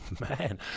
man